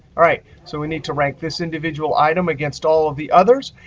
all right. so we need to rank this individual item against all of the others.